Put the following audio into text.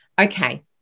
okay